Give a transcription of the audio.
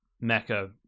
Mecca